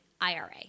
IRA